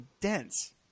dense